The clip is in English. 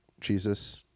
jesus